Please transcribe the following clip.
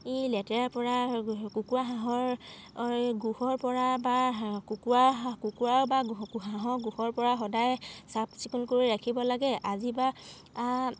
ই লেতেৰাৰপৰা কুকুৰা হাঁহৰ গোৰপৰা বা কুকুৰা কুকুৰা বা হাঁহৰ গোৰপৰা সদায় চাফ চিকুণ কৰি ৰাখিব লাগে আজি বা